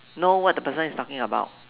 know what the person is talking about